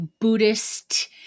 Buddhist –